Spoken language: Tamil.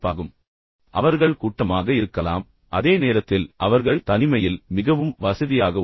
சுவாரஸ்யமாக அவர்கள் கூட்டமாக இருக்கலாம் ஆனால் அதே நேரத்தில் அவர்கள் தனிமையில் மிகவும் வசதியாக உள்ளனர்